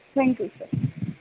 thank you sir